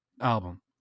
album